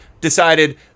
decided